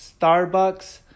Starbucks